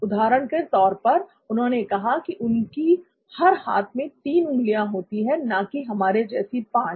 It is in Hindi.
उदाहरण के तौर पर उन्होंने कहा कि उनकी हर हाथ में तीन उंगलियां होती हैं ना कि हमारे जैसी पांच